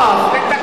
שיניתם?